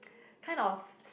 kind of